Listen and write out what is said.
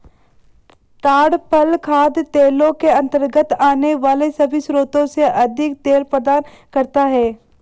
ताड़ फल खाद्य तेलों के अंतर्गत आने वाले सभी स्रोतों से अधिक तेल प्रदान करता है